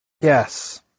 Yes